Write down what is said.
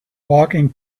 walking